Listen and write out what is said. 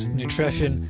nutrition